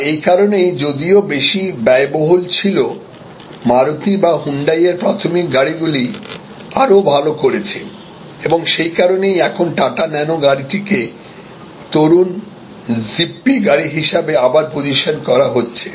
আর এ কারণেই যদিও বেশি ব্যয়বহুল ছিল মারুতি বা হুন্ডাইয়ের প্রাথমিক গাড়িগুলি আরও ভাল করেছে এবং সেই কারণেই এখন টাটা ন্যানো গাড়িটিকে তরুণ জিপ্পির গাড়ি হিসাবে আবার পজিশন করা হচ্ছে